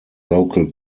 local